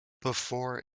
before